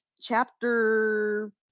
chapter